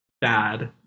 bad